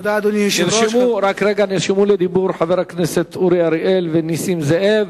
נרשמו לדיבור חברי הכנסת אורי אריאל ונסים זאב,